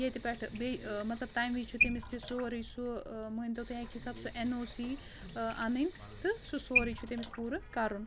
ییٚتہِ پٮ۪ٹھہٕ بیٚیہِ ٲں مطلب تٔمہِ وِزِ چھُ تٔمِس تہِ سورُے سُہ ٲں مٲنۍ تو تُہۍ اَکہِ حِسابہٕ سُہ ایٚن او سی ٲں اَنٕنۍ تہٕ سُہ سورُے چھُ تٔمِس پوٗرٕ کَرُن